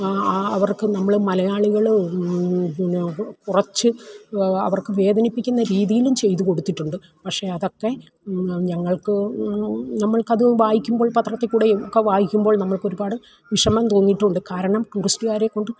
ആ അവർക്ക് നമ്മള് മലയാളികള് പിന്നെ കുറച്ച് അവർക്ക് വേദനിപ്പിക്കുന്ന രീതിയിലും ചെയ്ത് കൊടുത്തിട്ടുണ്ട് പക്ഷെ അതൊക്കെ ഞങ്ങൾക്ക് നമ്മൾക്കത് വായിക്കുമ്പോൾ പത്രത്തിൽ കൂടെയും ഒക്കെ വായിക്കുമ്പോൾ നമ്മൾക്കൊരുപാട് വിഷമം തോന്നിയിട്ടുണ്ട് കാരണം ടൂറിസ്റ്റ്കാരെ കൊണ്ട്